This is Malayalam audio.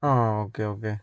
ആ ഓക്കെ ഓക്കെ